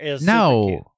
No